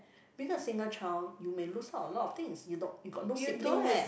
being a single child you may lose out a lot of things you don~ you got no sibling leh